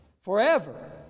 forever